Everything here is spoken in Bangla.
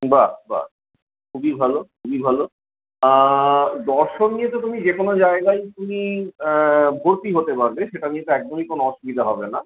বাহ বাহ বাহ খুবই ভালো খুবই ভালো দর্শন নিয়ে তো তুমি যে কোনো জায়গায়ই তুমি ভর্তি হতে পারবে সেটা নিয়ে তো একদমই কোন অসুবিধা হবে না